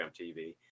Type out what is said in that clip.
TV